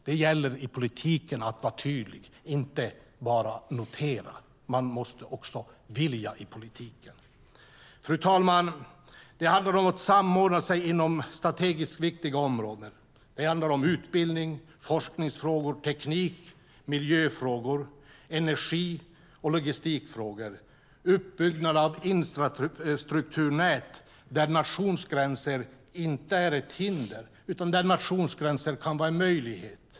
Det gäller att vara tydlig i politiken och inte bara notera. Man måste också vilja. Fru talman! Det handlar om att samordna sig inom strategiskt viktiga områden. Det handlar om utbildnings och forskningsfrågor, teknik och miljöfrågor, energi och logistikfrågor. Det handlar om uppbyggnad av infrastrukturnät där nationsgränser inte är ett hinder utan där nationsgränser kan vara en möjlighet.